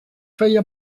feia